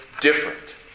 different